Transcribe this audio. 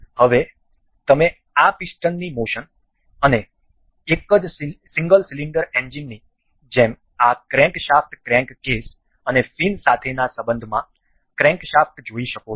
હવે તમે આ પિસ્ટનની મોશન અને સિંગલ સિલિન્ડર એન્જિનની જેમ આ ક્રેન્કશાફ્ટ ક્રેન્કકેસ અને ફિન સાથેના સંબંધમાં ક્રેન્કશાફ્ટ જોઈ શકો છો